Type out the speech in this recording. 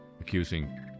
accusing